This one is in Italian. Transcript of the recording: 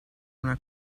una